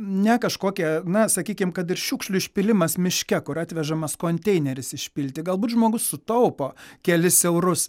ne kažkokie na sakykim kad ir šiukšlių išpylimas miške kur atvežamas konteineris išpilti galbūt žmogus sutaupo kelis eurus